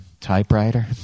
typewriter